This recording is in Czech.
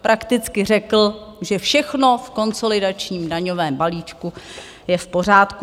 Prakticky řekl, že všechno v konsolidačním daňovém balíčku je v pořádku.